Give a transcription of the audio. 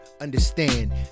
understand